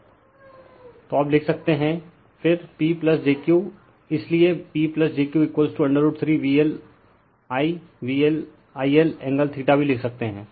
refer slide time 1818 तो अब लिख सकते हैं फिर P jQ इसलिए P jQ√ 3VLIVLI L angle भी लिख सकते हैं